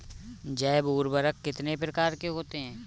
जैव उर्वरक कितनी प्रकार के होते हैं?